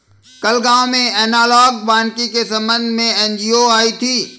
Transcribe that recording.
कल गांव में एनालॉग वानिकी के संबंध में एन.जी.ओ आई थी